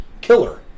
killer